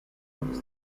rings